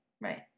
Right